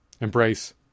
embrace